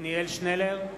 עתניאל שנלר,